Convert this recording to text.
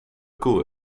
koe